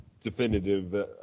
definitive